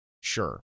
Sure